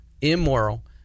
immoral